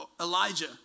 Elijah